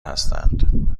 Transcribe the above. هستند